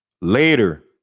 Later